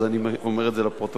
אז אני אומר את זה לפרוטוקול.